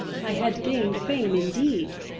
i had gained fame indeed,